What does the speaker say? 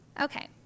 Okay